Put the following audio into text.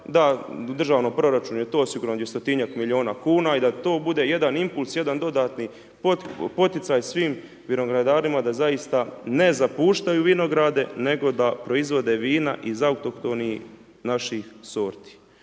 da državni proračun je to osigurano dvjestotinjak milijuna kuna i da to bude jedan impuls, jedan dodatni poticaj svim vinogradarima da zaista ne zapuštaju vinograde, nego da proizvode vina iz autohtonih naših sorti.